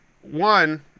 one